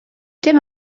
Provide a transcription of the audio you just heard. dim